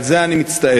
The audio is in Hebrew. על זה אני מצטער.